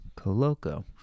Coloco